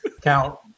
count